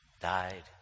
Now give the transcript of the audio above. died